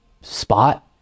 spot